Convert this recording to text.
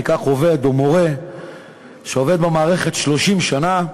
ניקח עובד או מורה שעובד במערכת 30 שנה,